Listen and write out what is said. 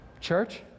church